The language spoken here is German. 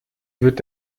wird